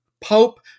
Pope